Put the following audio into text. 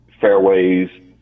fairways